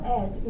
add